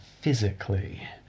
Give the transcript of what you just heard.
Physically